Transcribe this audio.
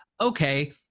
okay